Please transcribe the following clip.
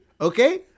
Okay